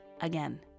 again